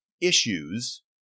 issues